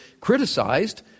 criticized